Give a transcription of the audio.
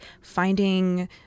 finding